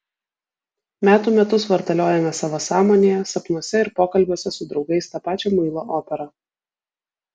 metų metus vartaliojame savo sąmonėje sapnuose ir pokalbiuose su draugais tą pačią muilo operą